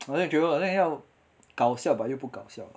我好像觉得好像要搞笑 but 又不搞笑